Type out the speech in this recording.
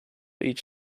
each